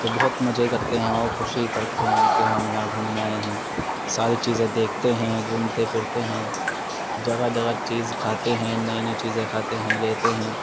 تو بہت مزے کرتے ہیں اور خوشی کرتے ہیں کہ ہم یہاں گھومنے آئے ہیں ساری چیزیں دیکھتے ہیں گھومتے پھرتے ہیں جگہ جگہ چیز کھاتے ہیں نئی نئی چیزیں کھاتے ہیں لیتے ہیں